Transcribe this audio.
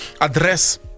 address